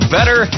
Better